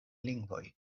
lingvoj